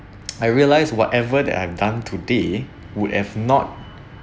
I realised whatever that I've done today would have not